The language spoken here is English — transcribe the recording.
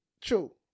True